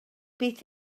beth